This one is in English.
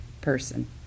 person